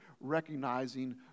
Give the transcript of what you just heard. recognizing